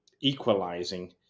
equalizing